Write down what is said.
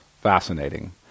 Fascinating